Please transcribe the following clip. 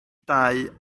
dau